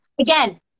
again